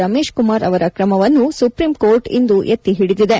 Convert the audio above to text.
ರಮೇಶ್ ಕುಮಾರ್ ಅವರ ಕ್ರಮವನ್ನು ಸುಪ್ರೀಂಕೋರ್ಟ್ ಇಂದು ಎತ್ತಿ ಹಿಡಿದಿದೆ